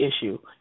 issue